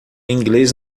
inglês